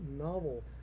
novel